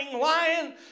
lion